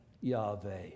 Yahweh